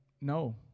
no